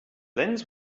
lens